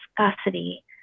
viscosity